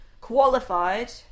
qualified